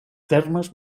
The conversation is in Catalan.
termes